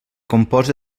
compost